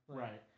Right